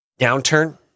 downturn